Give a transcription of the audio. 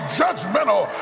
judgmental